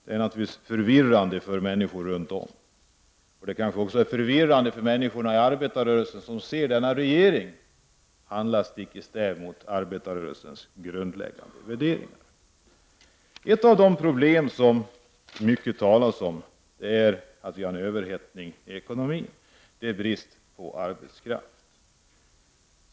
Det är naturligtvis förvirrande för människor runt om, och det kanske också är förvirrande för människor inom arbetarrörelsen att se denna regering handla stick i stäv mot arbetarrörelsens grundläggande värderingar. Ett av de problem som det talats mycket om här är att vi har en överhettning i ekonomin och att det är brist på arbetskraft.